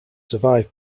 survived